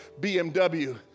BMW